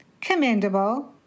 Commendable